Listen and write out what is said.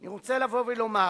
אני רוצה לבוא ולומר